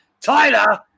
Tyler